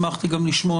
שמחתי גם לשמוע